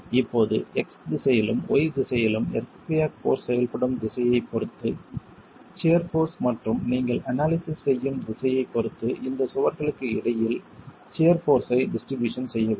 இப்போது x திசையிலும் y திசையிலும் எர்த்குயாக் போர்ஸ் செயல்படும் திசையைப் பொறுத்து சியர் போர்ஸ் மற்றும் நீங்கள் அனாலிசிஸ் செய்யும் திசையைப் பொறுத்து இந்த சுவர்களுக்கு இடையில் சியர் போர்ஸ் ஐ டிஸ்ட்ரிபியூஷன் செய்ய வேண்டும்